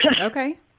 Okay